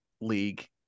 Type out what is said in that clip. league –